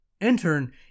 intern